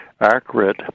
accurate